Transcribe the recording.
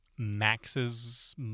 Max's